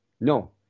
No